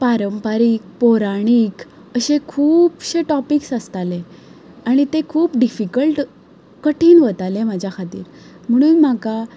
पारंपारीक पौराणीक अशे खुबशे टॉपिक्स आसताले आनी ते खूब डिफिकल्ट कठीण वताले म्हजे खातीर म्हणून म्हाका